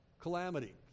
calamity